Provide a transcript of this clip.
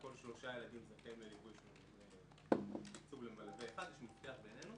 כל שלושה ילדים שזכאים לליווי יש תקצוב למלווה אחד יש מפתח בינינו